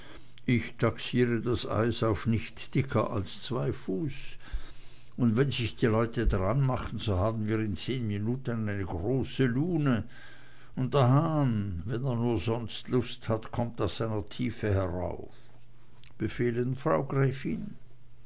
ich taxiere das eis auf nicht dicker als zwei fuß und wenn sich die leute dranmachen so haben wir in zehn minuten eine große lune und der hahn wenn er nur sonst lust hat kommt aus seiner tiefe herauf befehlen frau gräfin